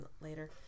later